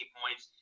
points